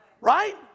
Right